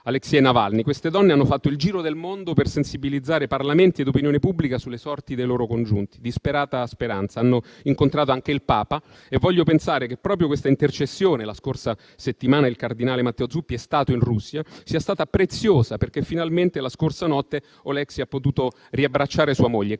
Aleksej Navalny. Queste donne hanno fatto il giro del mondo per sensibilizzare parlamenti e opinione pubblica sulle sorti dei loro congiunti, disperata speranza. Hanno incontrato anche il Papa e voglio pensare che proprio questa intercessione - la scorsa settimana il cardinale Matteo Zuppi è stato in Russia - sia stata preziosa, perché finalmente la scorsa notte Oleksiy ha potuto riabbracciare sua moglie.